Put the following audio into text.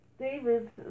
David